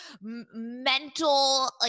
mental